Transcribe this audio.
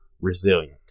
resilient